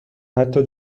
حتی